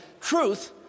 Truth